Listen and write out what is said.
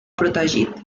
protegit